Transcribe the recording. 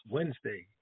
Wednesday